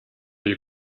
you